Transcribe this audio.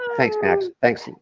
um thanks, max, thanks,